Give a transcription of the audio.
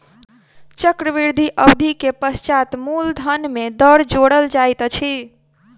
चक्रवृद्धि अवधि के पश्चात मूलधन में दर जोड़ल जाइत अछि